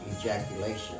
ejaculation